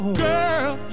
girl